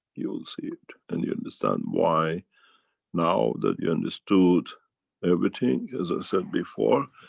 you'll see it and you understand why now that you understood everything, as i said before,